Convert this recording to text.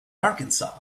arkansas